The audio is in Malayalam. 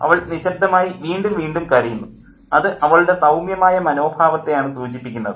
അവൾ നിശബ്ദമായി വീണ്ടും വീണ്ടും കരയുന്നു അത് അവളുടെ സൌമ്യമായ മനോഭാവത്തെയാണ് സൂചിപ്പിക്കുന്നത്